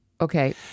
Okay